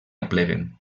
apleguen